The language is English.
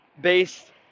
based